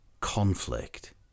conflict